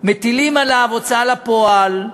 מטילים עליו הוצאה לפועל.